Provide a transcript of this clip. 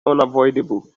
unavoidable